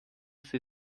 sie